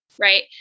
right